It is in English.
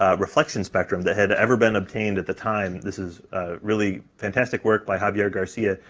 ah reflection spectrum that had ever been obtained at the time, this is really fantastic work by javier garcia,